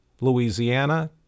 Louisiana